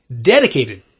dedicated